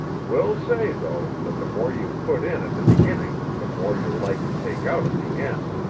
will say, though, that the more you put in at the beginning the more you're like to take out at the end,